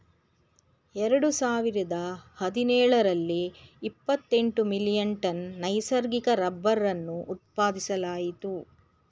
ಎರಡು ಸಾವಿರದ ಹದಿನೇಳರಲ್ಲಿ ಇಪ್ಪತೆಂಟು ಮಿಲಿಯನ್ ಟನ್ ನೈಸರ್ಗಿಕ ರಬ್ಬರನ್ನು ಉತ್ಪಾದಿಸಲಾಯಿತು